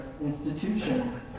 institution